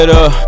up